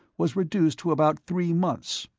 was reduced to about three months,